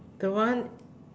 the one